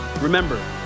Remember